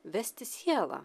vesti sielą